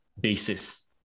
basis